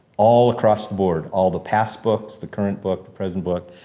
all across the board, all the past books, the current book, the present book.